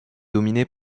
dominée